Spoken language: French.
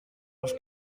parce